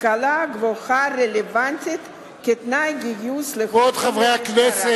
השכלה גבוהה רלוונטית כתנאי בגיוס חוקרים למשטרה.